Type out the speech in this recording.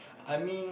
I mean